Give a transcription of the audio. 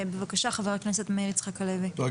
חבר הכנסת מאיר יצחק הלוי, בבקשה.